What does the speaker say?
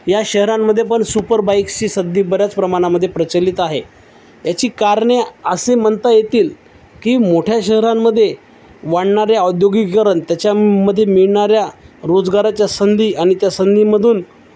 या शहरांमध्येपण सुपरबाईक्सची सदी बऱ्याच प्रमाणामध्ये प्रचलित आहे याची कारणं असे म्हणता येतील की मोठ्या शहरांमध्ये वाढणाऱ्या औद्योगिकरण त्याच्यामध्ये मिळणाऱ्या रोजगाराच्या संधी आणि त्या संधीमधून